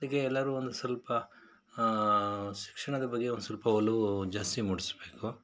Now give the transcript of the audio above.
ಈಗ ಎಲ್ಲರೂ ಒಂದು ಸ್ವಲ್ಪ ಶಿಕ್ಷಣದ ಬಗ್ಗೆ ಒಂದು ಸ್ವಲ್ಪ ಒಲವು ಜಾಸ್ತಿ ಮೂಡಿಸಬೇಕು